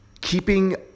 Keeping